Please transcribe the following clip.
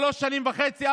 שלוש וחצי שנים,